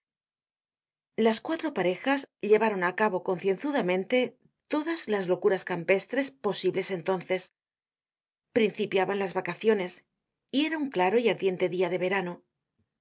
las cuatro parejas llevaron á cabo concienzudamente todas las locuras campestres posibles entonces principiaban las vacaciones y era un claro y ardiente dia de verano